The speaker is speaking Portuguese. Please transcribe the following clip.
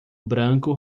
branco